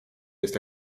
jest